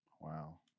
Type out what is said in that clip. Wow